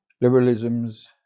Liberalism's